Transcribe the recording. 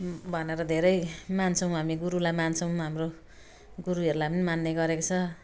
भनेर धेरै मान्छौँ हामी मान्छौँ हाम्रो गुरुहरूलाई मान्ने गरेको छ